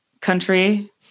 country